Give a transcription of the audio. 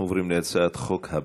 אנחנו עוברים להצעת חוק הבאה: